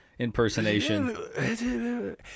impersonation